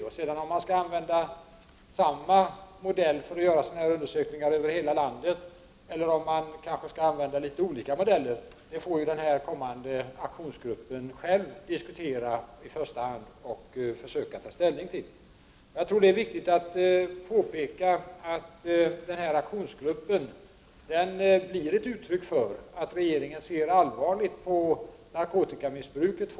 Om man sedan skall använda samma modell för att genomföra undersökningar över hela landet, eller om man kanske skall använda litet olika modeller, får i första hand den kommande aktionsgruppen själv diskutera och försöka ta ställning till. Det är viktigt att påpeka att aktionsgruppen är ett uttryck för att regeringen fortfarande ser allvarligt på narkotikamissbruket.